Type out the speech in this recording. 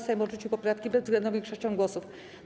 Sejm odrzucił poprawki bezwzględną większością głosów.